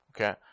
Okay